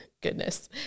goodness